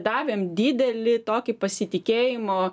davėm didelį tokį pasitikėjimo